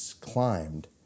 climbed